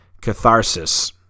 Catharsis